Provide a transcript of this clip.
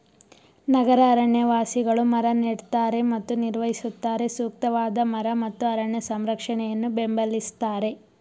ನಗರ ಅರಣ್ಯವಾಸಿಗಳು ಮರ ನೆಡ್ತಾರೆ ಮತ್ತು ನಿರ್ವಹಿಸುತ್ತಾರೆ ಸೂಕ್ತವಾದ ಮರ ಮತ್ತು ಅರಣ್ಯ ಸಂರಕ್ಷಣೆಯನ್ನು ಬೆಂಬಲಿಸ್ತಾರೆ